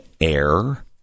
Air